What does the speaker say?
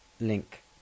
link